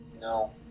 No